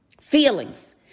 feelings